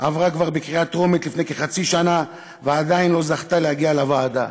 כבר עברה בקריאה טרומית לפני כחצי שנה ועדיין לא זכתה להגיע לוועדה.